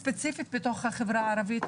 ספציפית בחברה הערבית,